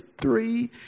three